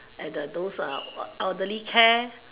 at the those elderly care